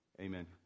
amen